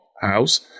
house